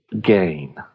Gain